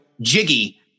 Jiggy